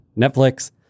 Netflix